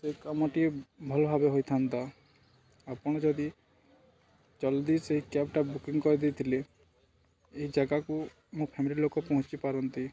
ସେ କାମଟିଏ ଭଲ ଭାବେ ହୋଇଥାନ୍ତା ଆପଣ ଯଦି ଜଲ୍ଦି ସେଇ କ୍ୟାବ୍ଟା ବୁକିଂ କରିଦେଇ ଥିଲେ ଏ ଜାଗାକୁ ମୋ ଫ୍ୟାମିଲି ଲୋକ ପହଞ୍ଚି ପାରନ୍ତି